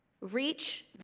reach